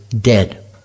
dead